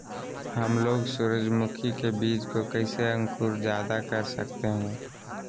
हमलोग सूरजमुखी के बिज की कैसे अंकुर जायदा कर सकते हैं?